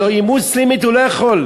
הלוא עם מוסלמית הוא לא יכול.